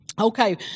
Okay